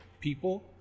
people